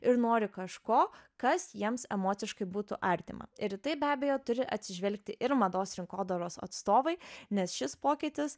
ir nori kažko kas jiems emociškai būtų artima ir į tai be abejo turi atsižvelgti ir mados rinkodaros atstovai nes šis pokytis